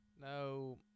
No